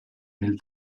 mil